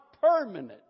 permanent